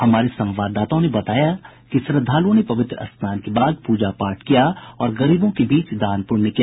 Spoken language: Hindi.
हमारे संवाददाताओं ने बताया है कि श्रद्धालुओं ने पवित्र स्नान के बाद पूजा पाठ किया और गरीबों के बीच दान प्रण्य किया